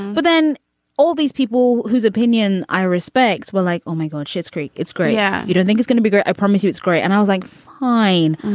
but then all these people whose opinion i respect were like oh my god shit's creek it's great. yeah you don't think it's gonna be great. i promise you it's great. and i was like fine.